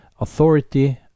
Authority